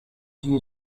you